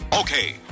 Okay